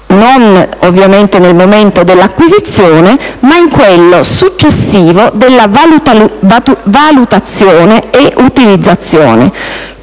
ha, ovviamente, non nel momento dell'acquisizione ma in quello successivo della valutazione e utilizzazione.